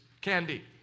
candy